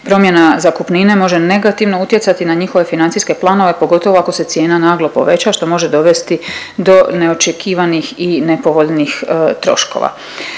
Promjena zakupnine može negativno utjecati na njihove financijske planove pogotovo ako se cijena naglo poveća što može dovesti do neočekivanih i nepovoljnih troškova.